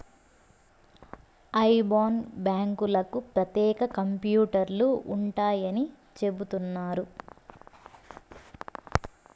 IBAN బ్యాంకులకు ప్రత్యేక కంప్యూటర్లు ఉంటాయని చెబుతున్నారు